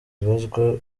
ibazwa